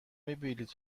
بلیط